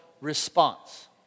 response